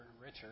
Richard